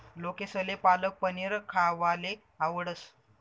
लोकेसले पालक पनीर खावाले आवडस